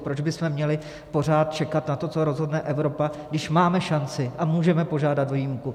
Proč bychom měli pořád čekat na to, co rozhodne Evropa, když máme šanci a můžeme požádat o výjimku.